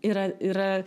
yra yra